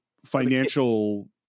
Financial